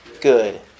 good